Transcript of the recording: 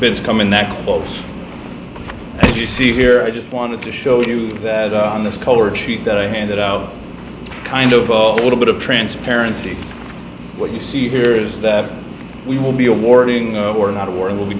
that come in that close you see here i just wanted to show you that on this color sheet that i handed out kind of a little bit of transparency what you see here is that we will be awarding or not a word we'll be